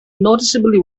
noticeably